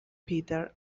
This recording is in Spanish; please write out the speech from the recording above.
peter